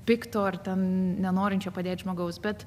pikto ar ten nenorinčio padėt žmogaus bet